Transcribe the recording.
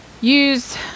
Use